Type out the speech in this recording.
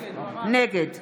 נגד